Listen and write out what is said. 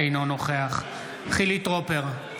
אינו נוכח חילי טרופר,